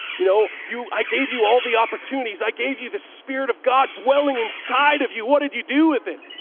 you know, i gave you all the opportunities. i gave you the spirit of god dwelling inside of you. what did you do with it?